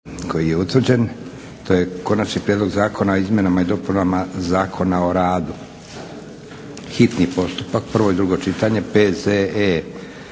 koji je utvrđen. To je - Konačni prijedlog Zakona o izmjenama i dopunama Zakona o radu, hitni postupak, prvo i drugo čitanje, P.Z.E.